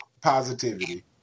positivity